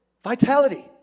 vitality